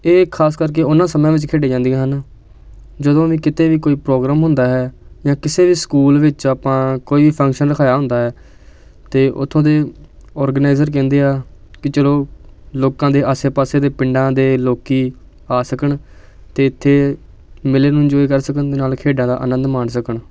ਅਤੇ ਇਹ ਖਾਸ ਕਰਕੇ ਉਹਨਾਂ ਸਮਿਆਂ ਵਿੱਚ ਖੇਡੀਆਂ ਜਾਂਦੀਆਂ ਹਨ ਜਦੋਂ ਵੀ ਕਿਤੇ ਵੀ ਕੋਈ ਪ੍ਰੋਗਰਾਮ ਹੁੰਦਾ ਹੈ ਜਾਂ ਕਿਸੇ ਵੀ ਸਕੂਲ ਵਿੱਚ ਆਪਾਂ ਕੋਈ ਵੀ ਫੰਕਸ਼ਨ ਦਿਖਾਇਆ ਹੁੰਦਾ ਹੈ ਅਤੇ ਉੱਥੋਂ ਦੇ ਔਰਗਨਾਈਜ਼ਰ ਕਹਿੰਦੇ ਆ ਕਿ ਚਲੋ ਲੋਕਾਂ ਦੇ ਆਸੇ ਪਾਸੇ ਦੇ ਪਿੰਡਾਂ ਦੇ ਲੋਕ ਆ ਸਕਣ ਅਤੇ ਇੱਥੇ ਮਿਲਣ ਇੰਜੋਏ ਕਰ ਸਕਣ ਦੇ ਨਾਲ ਖੇਡਾਂ ਦਾ ਆਨੰਦ ਮਾਣ ਸਕਣ